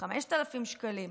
5,000 שקלים,